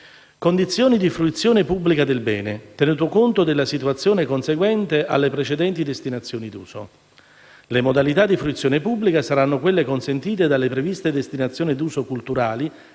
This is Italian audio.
«condizioni di fruizione pubblica del bene, tenuto conto della situazione conseguente alle precedenti destinazioni d'uso», il provvedimento dispone che le modalità di fruizione pubblica saranno quelle consentite dalle previste destinazioni d'uso culturali,